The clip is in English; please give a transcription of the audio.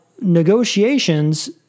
negotiations